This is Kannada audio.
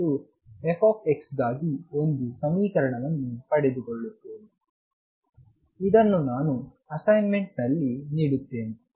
ಮತ್ತು f ಗಾಗಿ ಒಂದು ಸಮೀಕರಣವನ್ನು ಪಡೆದುಕೊಳ್ಳುತ್ತೇನೆ ಇದನ್ನು ನಾನು ಅಸೈನ್ ಮೆಂಟ್ನಲ್ಲಿ ನೀಡುತ್ತೇನೆ